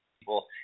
people